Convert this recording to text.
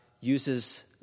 uses